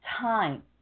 time